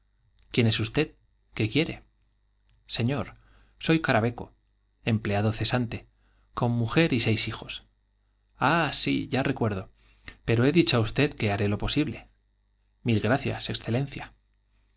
quién es usted qué quiere señor soy caraveco empleado cesante con mujer y seis hijos i ah sí ya recuerdo pero he dicho á usted que haré lo posible mil excelencia